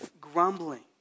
grumbling